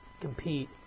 compete